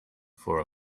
for